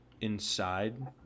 inside